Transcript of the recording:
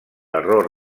error